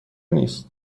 نیست